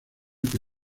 que